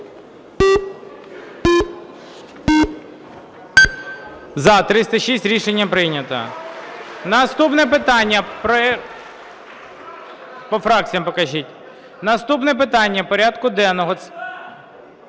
За-306 Рішення прийнято. Наступне питання… По фракціям покажіть. Наступне питання порядку денного